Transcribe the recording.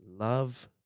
Love